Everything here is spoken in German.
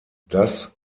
das